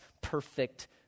perfect